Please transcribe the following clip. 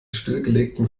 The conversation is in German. stillgelegten